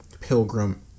Pilgrim